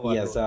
Yes